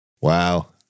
Wow